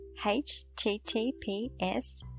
https